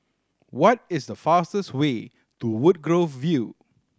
what is the fastest way to Woodgrove View